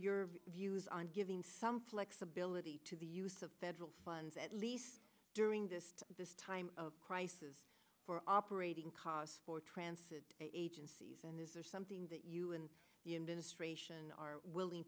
your views on giving some flexibility to the use of federal funds at least during this this time of crisis for operating costs for transit agencies and is there something that you and